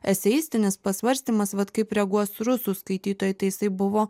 eseistinis pasvarstymas vat kaip reaguos rusų skaitytojai tai jisai buvo